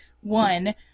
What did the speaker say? One